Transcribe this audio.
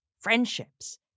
friendships